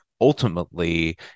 ultimately